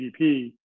GDP